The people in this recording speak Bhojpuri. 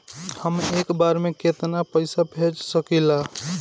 हम एक बार में केतना पैसा भेज सकिला?